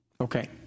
Okay